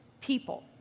people